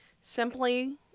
simply